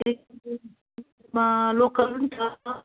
ए मेरोमा लोकल पनि छ